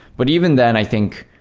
but even then, i think,